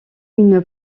une